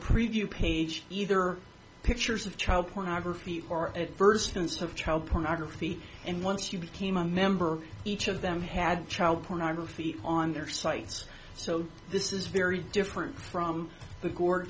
preview page either pictures of child pornography or at first minutes of child pornography and once you became a member each of them had child pornography on their sites so this is very different from the